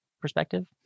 perspective